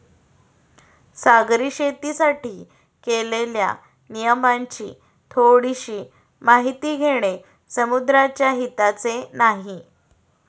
सागरी शेतीसाठी केलेल्या नियमांची थोडीशी माहिती घेणे समुद्राच्या हिताचे नाही